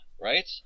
right